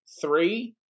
three